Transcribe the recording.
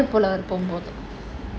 இருக்கும்போது:irukumpothu